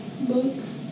books